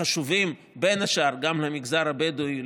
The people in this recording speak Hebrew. החשובים בין השאר גם למגזר הבדואי,